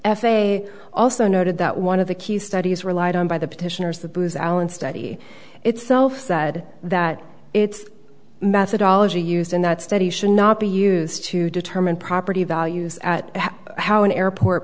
a also noted that one of the key studies relied on by the petitioners the booz allen study itself said that it's methodology used in that study should not be used to determine property values at how an airport